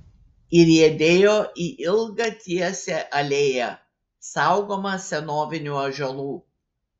įriedėjo į ilgą tiesią alėją saugomą senovinių ąžuolų